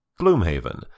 Gloomhaven